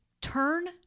turn